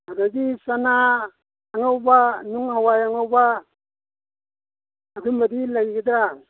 ꯑꯗꯨꯗꯒꯤ ꯆꯅꯥ ꯑꯉꯧꯕ ꯅꯨꯡꯍꯋꯥꯏ ꯑꯉꯧꯕ ꯑꯗꯨꯝꯕꯗꯤ ꯂꯩꯒꯗ꯭ꯔꯥ